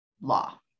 law